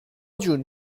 جون